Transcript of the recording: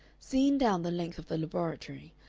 seen down the length of the laboratory,